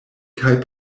kaj